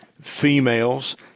females